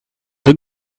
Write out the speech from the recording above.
the